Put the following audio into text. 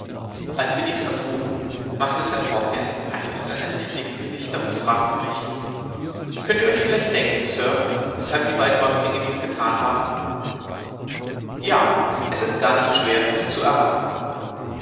als wir dies erfuhren machte sam hawkens eines seiner listigen gesichter und fragte mich könnt ihr euch vielleicht denken sir weshalb die beiden häuptlinge dies getan haben ja es ist gar nicht schwer es zu erraten